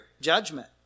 judgment